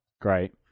Great